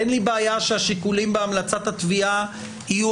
אין לי בעיה שהשיקולים בהמלצת התביעה יהיו